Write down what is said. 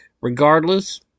Regardless